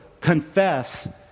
confess